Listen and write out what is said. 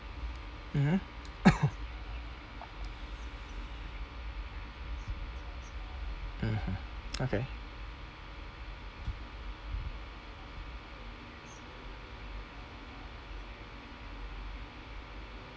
mmhmm mmhmm okay